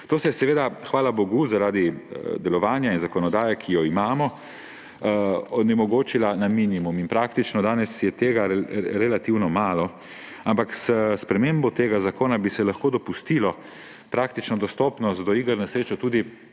To se je seveda hvala bogu zaradi delovanja in zakonodaje, ki jo imamo, onemogočilo na minimum. In praktično danes je tega relativno malo. Ampak s spremembo tega zakona bi se lahko dopustilo praktično dostopnost do iger na srečo tudi